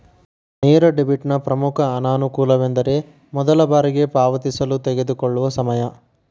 ನೇರ ಡೆಬಿಟ್ನ ಪ್ರಮುಖ ಅನಾನುಕೂಲವೆಂದರೆ ಮೊದಲ ಬಾರಿಗೆ ಪಾವತಿಸಲು ತೆಗೆದುಕೊಳ್ಳುವ ಸಮಯ